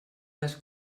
les